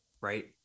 right